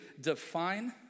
define